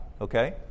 okay